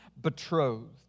betrothed